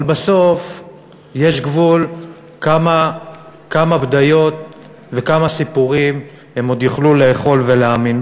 אבל בסוף יש גבול כמה בדיות וכמה סיפורים הם עוד יוכלו לאכול ולהאמין.